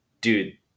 dude